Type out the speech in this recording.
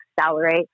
accelerate